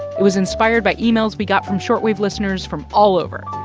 it was inspired by emails we got from short wave listeners from all over.